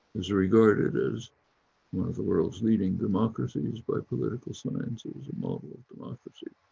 is regarded as one of the world's leading democracies, but political science is a model of democracy.